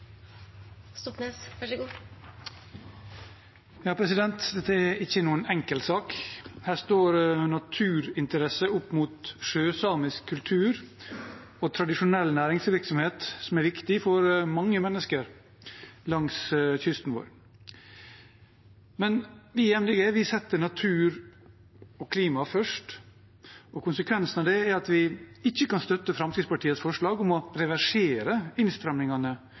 ikke noen enkel sak. Her står naturinteresser opp mot sjøsamisk kultur og tradisjonell næringsvirksomhet som er viktig for mange mennesker langs kysten vår. Vi i Miljøpartiet De Grønne setter natur og klima først, og konsekvensen av det er at vi ikke kan støtte Fremskrittspartiets forslag om å reversere innstrammingene